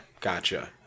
Gotcha